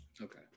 Okay